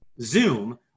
Zoom